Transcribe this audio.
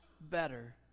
better